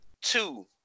two